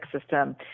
system